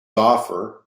offer